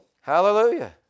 hallelujah